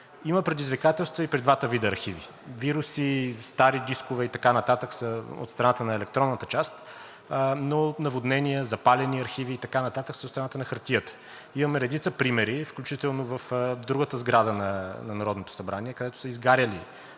има предизвикателства и при двата вида архиви – вируси, стари дискове и така нататък, са от страната на електронната част, но от наводнения, запалени архиви и така нататък, са в сферата на хартията. Имаме редица примери, включително в другата сграда на Народното събрание, където са изгаряли